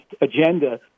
agenda